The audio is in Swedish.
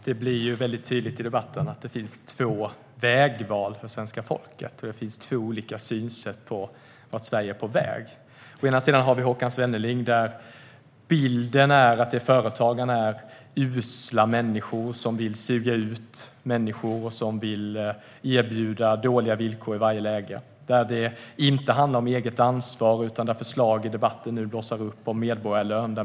Herr talman! Det blir tydligt i debatten att det finns två vägval för svenska folket och att det finns två olika synsätt på vart Sverige är på väg. Å ena sidan har vi Håkan Svennelings syn på att företagare är usla och vill suga ut människor och erbjuda dåliga villkor i varje läge. Det handlar inte om eget ansvar, utan förslag om medborgarlön blossar upp i debatten.